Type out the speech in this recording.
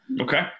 Okay